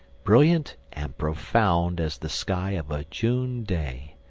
brilliant and profound as the sky of a june day.